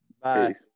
Bye